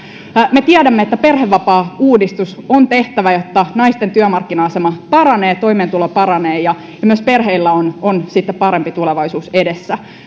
me tiedämme että perhevapaauudistus on tehtävä jotta naisten työmarkkina asema paranee ja toimeentulo paranee ja perheillä on on sitten myös parempi tulevaisuus edessään